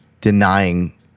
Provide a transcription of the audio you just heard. denying